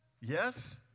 Yes